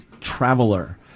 traveler